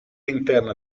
interna